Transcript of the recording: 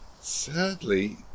Sadly